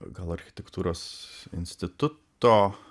gal architektūros instituto